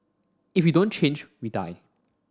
if we don't change we die